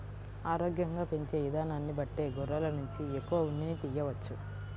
ఆరోగ్యంగా పెంచే ఇదానాన్ని బట్టే గొర్రెల నుంచి ఎక్కువ ఉన్నిని తియ్యవచ్చు